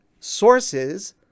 Sources